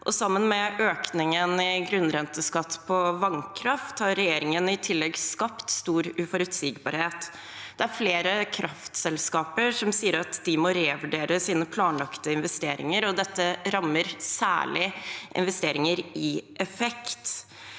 Sammen med økningen i grunnrenteskatten på vannkraft har regjeringen i tillegg skapt stor uforutsigbarhet. Det er flere kraftselskaper som sier at de må revurdere sine planlagte investeringer, og dette rammer særlig investeringer i effekt.